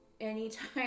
anytime